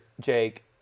Jake